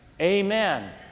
Amen